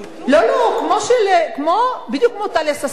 לא, לא, בדיוק כמו טליה ששון.